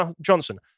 Johnson